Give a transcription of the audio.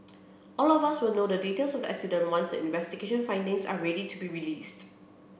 all of us will know the details of the accident once the investigation findings are ready to be released